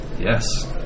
Yes